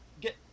get